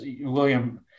William